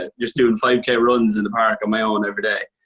ah just doing five k runs in the park on my own every day,